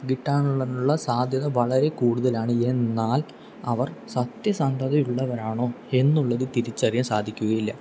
കിട്ടാനുള്ള സാധ്യത വളരെ കൂടുതലാണ് എന്നാൽ അവർ സത്യസന്ധതയുള്ളവരാണോ എന്നുള്ളത് തിരിച്ചറിയാൻ സാധിക്കുകയില്ല